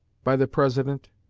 by the president,